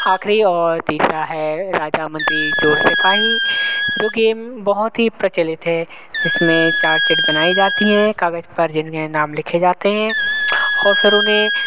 आखिरी और तीसरा है राजा मंत्री चोर सिपाही जो गेम बहुत ही प्रचलित है इसमें चार चिट बनाई जाती हैं कागज़ पर जिनके नाम लिखे जाते हैं और फ़िर उन्हें